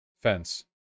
fence